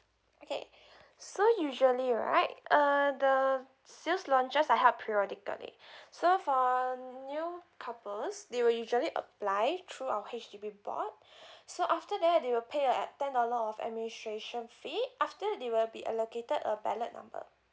okay so usually right uh the sales launches are held periodically so for new couples they will usually apply through our H_D_B board so after that they will pay a at ten dollar of administration fee after they will be allocated a ballot number